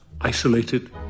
isolated